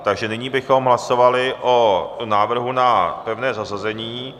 Takže nyní bychom hlasovali o návrhu na pevné zařazení.